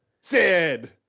Sid